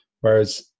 Whereas